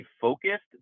focused